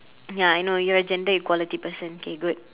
ya I know you're a gender equality person K good